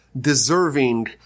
deserving